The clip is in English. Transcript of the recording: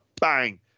bang